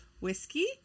whiskey